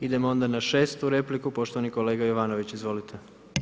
Idemo onda na 6. repliku, poštovani kolega Jovanović, izvolite.